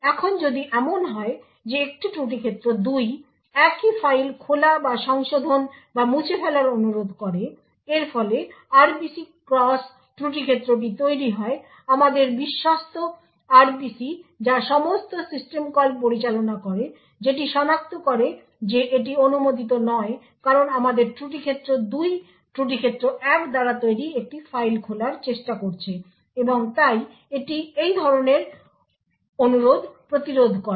এখন যদি এমন হয় যে একটি ত্রুটি ক্ষেত্র 2 একই ফাইল খোলা বা সংশোধন বা মুছে ফেলার অনুরোধ করে এর ফলে RPC ক্রস ত্রুটি ক্ষেত্র তৈরী হয় আমাদের বিস্বস্ত RPC যা সমস্ত সিস্টেম কল পরিচালনা করে যেটি সনাক্ত করে যে এটি অনুমোদিত নয় কারণ আমাদের ত্রুটি ক্ষেত্র 2 ত্রুটি ক্ষেত্র 1 দ্বারা তৈরি একটি ফাইল খোলার চেষ্টা করছে এবং তাই এটি এই ধরনের অনুরোধ প্রতিরোধ করবে